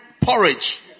porridge